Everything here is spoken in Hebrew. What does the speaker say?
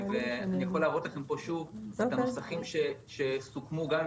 אני יכול להראות לכם פה שוב את הנוסחים שסוכמו גם עם